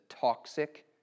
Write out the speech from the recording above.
toxic